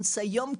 על סדר-היום: